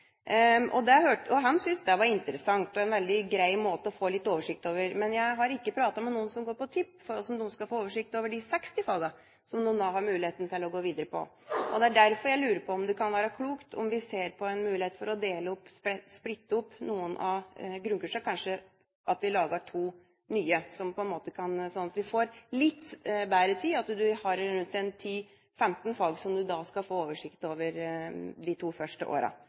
Han syntes det var interessant og en veldig grei måte å få litt oversikt på. Men jeg har ikke pratet med noen som går på TIP, om hvordan de skal få oversikt over de 60 fagene de har muligheten til å gå videre på. Det er derfor jeg lurer på om det kan være klokt om vi ser på en mulighet for å splitte opp noen av grunnkursene, kanskje at vi lager to nye, slik at vi får litt bedre tid, og at man har rundt 10–15 fag som man skal ha oversikt over de to første